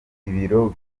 ibiro